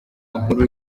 nkuru